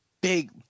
big